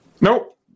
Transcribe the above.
Nope